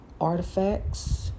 artifacts